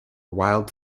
wild